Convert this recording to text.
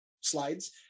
slides